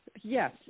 Yes